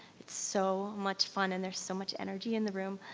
it's so much fun and there's so much energy in the room,